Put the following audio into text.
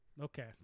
Okay